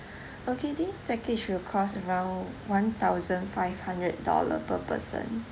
okay this package will cost around one thousand five hundred dollar per person